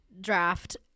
draft